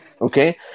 Okay